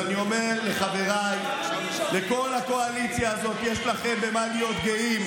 אז אני אומר לחבריי מכל הקואליציה הזאת: יש לכם במה להיות גאים.